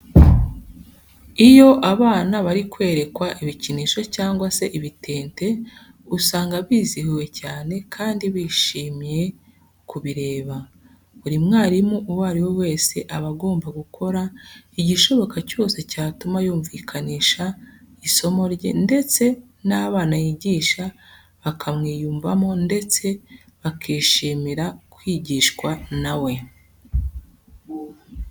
Iyo abana bari kwerekwa ibikinisho cyangwa se ibitente usanga bizihiwe cyane kandi bishimiye kubireba. Buri mwarimu uwo ari we wese aba agomba gukora igishoboka cyose cyatuma yumvikanisha isomo rye ndetse n'abana yigisha bakamwiyumvamo ndetse bakishimira kwigishwa na we.